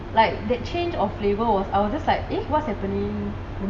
like the change of flavour was I was just like it eh what's happening